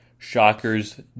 Shockers